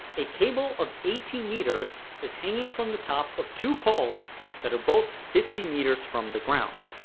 a cable of eighty meters is hanging from the top of two poles that are both fifty meters from the ground